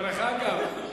דרך אגב,